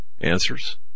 answers